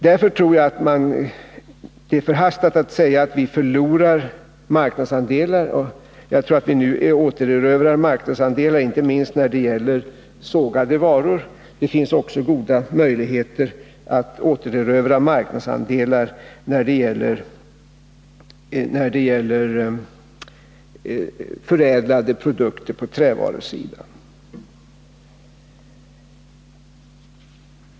Jag tror därför att det är förhastat att säga att vi förlorar marknadsandelar. Jag tror att vi nu återerövrar marknadsandelar, inte minst då det gäller sågade varor. Det finns också goda möjligheter att återerövra marknadsandelar när det gäller förädlade produkter på trävarusidan.